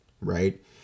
right